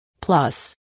plus